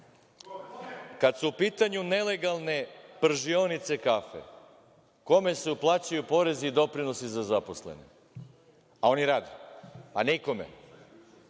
kada su u pitanju nelegalne pržionice kafe, kome se uplaćuju porezi i doprinosi za zaposlene, a oni rade?